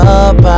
up